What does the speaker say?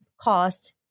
cost